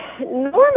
Normally